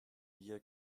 year